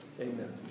amen